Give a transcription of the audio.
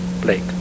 Blake